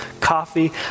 coffee